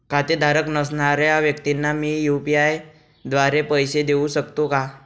खातेधारक नसणाऱ्या व्यक्तींना मी यू.पी.आय द्वारे पैसे देऊ शकतो का?